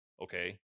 okay